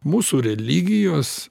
mūsų religijos